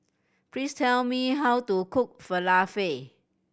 please tell me how to cook Falafel